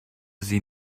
sie